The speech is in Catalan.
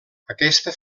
aquesta